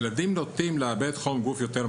ילדים נוטים לאבד חום גוף יותר מהר,